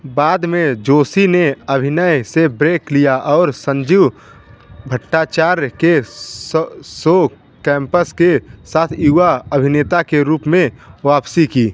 बाद मे जोशी ने अभिनय से ब्रेक लिया और संजीव भट्टाचार्य के एस सो कैंपस के साथ युवा अभिनेता के रूप में वापसी की